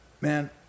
man